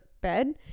bed